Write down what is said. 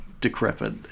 decrepit